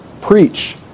preach